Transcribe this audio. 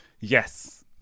Yes